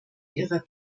ihrer